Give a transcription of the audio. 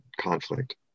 conflict